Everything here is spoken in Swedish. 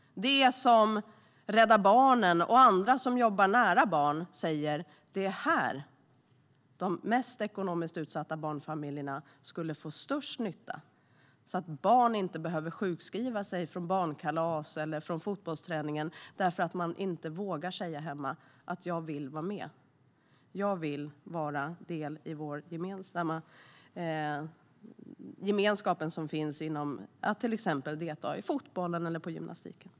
Det är det som Rädda Barnen och andra som jobbar nära barn säger att de mest utsatta barnfamiljerna skulle få störst nytta av. Detta så att barn inte behöver sjukskriva sig från barnkalas eller från fotbollsträning för att de inte vågar säga hemma att de vill vara med, att de vill ta del av gemenskapen som finns i att delta i till exempel fotboll eller gymnastik.